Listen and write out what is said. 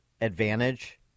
advantage